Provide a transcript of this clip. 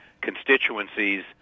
constituencies